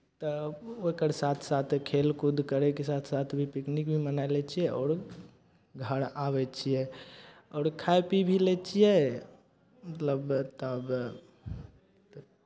तऽ ओकर साथ साथ खेलकूद करयके साथ साथमे पिकनिक भी मनाय लै छियै आओर घर आबै छियै आओर खाय पी भी लै छियै मतलब तब